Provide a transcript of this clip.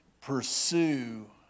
pursue